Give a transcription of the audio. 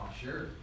Sure